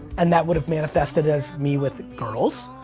and that would have manifested as me with girls,